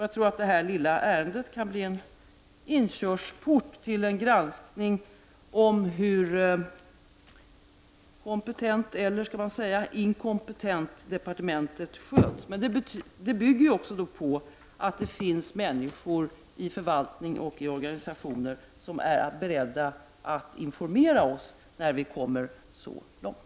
Jag tror att detta lilla ärende kan bli en inkörsport till en granskning av hur kompetent, eller skall man säga inkompetent, departementet sköts. Det bygger på att det finns människor i förvaltningen och i organisationer som är beredda att informera oss när vi kommer så långt.